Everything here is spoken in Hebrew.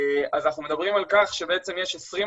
אז אנחנו מדברים על כך שיש בעצם 20%